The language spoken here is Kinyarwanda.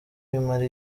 bimara